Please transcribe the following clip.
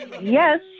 yes